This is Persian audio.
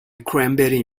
کرنبری